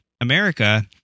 America